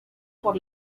por